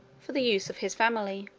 for the use of his family.